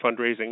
fundraising